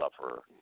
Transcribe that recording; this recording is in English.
sufferer